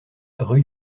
rue